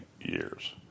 years